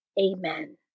Amen